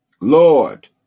Lord